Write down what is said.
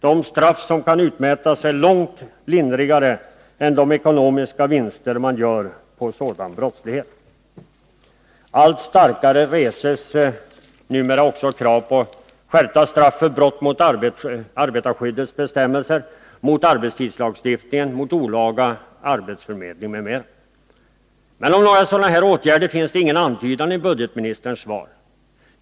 De straff som kan utmätas är långt lindrigare än de ekonomiska vinster som man gör på sådan brottslighet. Allt starkare reses numera också krav på en skärpning av straffen för brott mot arbetarskyddets bestämmelser, arbetstidslagstiftningen, olaga arbetsförmedling m.m. Men om några sådana åtgärder finns det ingen antydan i budgetministerns svar.